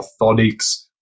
orthotics